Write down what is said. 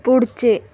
पुढचे